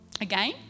again